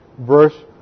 Verse